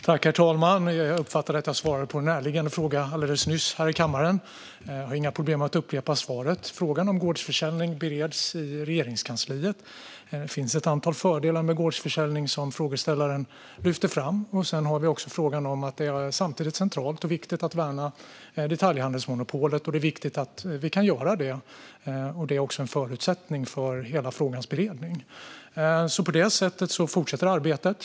Herr talman! Jag uppfattar att jag svarade på en närliggande fråga alldeles nyss i kammaren, men jag har inga problem med att upprepa svaret. Frågan om gårdsförsäljning bereds i Regeringskansliet. Det finns ett antal fördelar med gårdsförsäljning som frågeställaren lyfte fram. Samtidigt är det centralt och viktigt att värna detaljhandelsmonopolet. Det är viktigt att vi kan göra det, och det är en förutsättning för hela frågans beredning. På det sättet fortsätter arbetet.